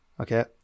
okay